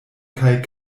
kaj